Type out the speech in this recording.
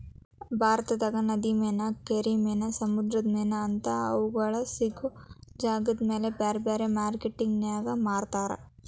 ಭಾರತದಾಗ ನದಿ ಮೇನಾ, ಕೆರಿ ಮೇನಾ, ಸಮುದ್ರದ ಮೇನಾ ಅಂತಾ ಅವುಗಳ ಸಿಗೋ ಜಾಗದಮೇಲೆ ಬ್ಯಾರ್ಬ್ಯಾರೇ ಮಾರ್ಕೆಟಿನ್ಯಾಗ ಮಾರ್ತಾರ